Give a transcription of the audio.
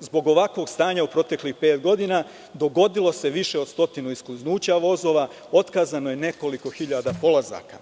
Zbog ovakvog stanja u proteklih pet godina dogodilo se više od stotinu iskliznuća vozova, otkazano je nekoliko hiljada polazaka.